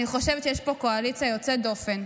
אני חושבת שיש פה קואליציה יוצאת דופן.